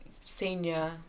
senior